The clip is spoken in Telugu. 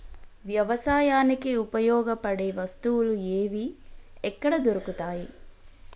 వ్యవసాయానికి ఉపయోగపడే వస్తువులు ఏవి ఎక్కడ దొరుకుతాయి?